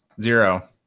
zero